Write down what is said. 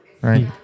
Right